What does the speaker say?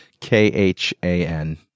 K-H-A-N